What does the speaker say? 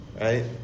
right